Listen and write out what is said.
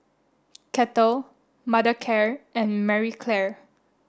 Kettle Mothercare and Marie Claire